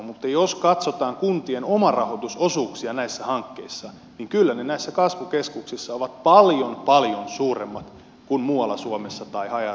mutta jos katsotaan kuntien omarahoitusosuuksia näissä hankkeissa niin kyllä ne näissä kasvukeskuksissa ovat paljon paljon suuremmat kuin muualla suomessa tai haja asutusalueilla